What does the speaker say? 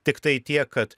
tiktai tiek kad